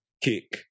kick